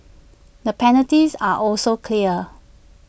the penalties are also clear